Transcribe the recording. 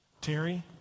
Terry